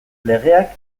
legeak